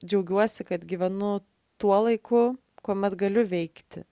džiaugiuosi kad gyvenu tuo laiku kuomet galiu veikti